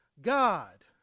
God